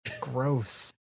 Gross